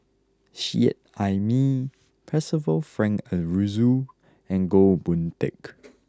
Seet Ai Mee Percival Frank Aroozoo and Goh Boon Teck